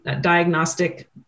diagnostic